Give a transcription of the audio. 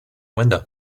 window